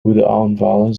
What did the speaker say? woedeaanvallen